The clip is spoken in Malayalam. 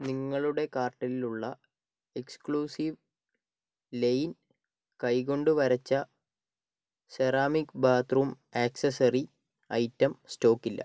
നിങ്ങളുടെ കാർട്ടിലുള്ള എക്സ്ക്ലൂസീവ് ലെയിൻ കൈ കൊണ്ട് വരച്ച സെറാമിക്ക് ബാത്ത്റൂം ആക്സസറി ഐറ്റം സ്റ്റോക്കില്ല